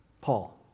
Paul